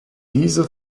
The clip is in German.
diese